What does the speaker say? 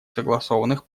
согласованных